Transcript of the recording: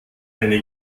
eine